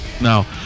No